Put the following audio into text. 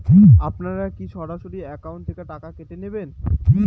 আপনারা কী সরাসরি একাউন্ট থেকে টাকা কেটে নেবেন?